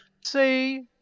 say